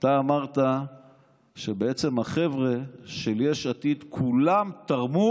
אתה אמרת שהחבר'ה של יש עתיד, כולם, תרמו